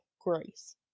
grace